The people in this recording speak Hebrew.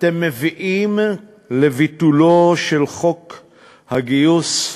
אתם מביאים לביטולו של חוק הגיוס,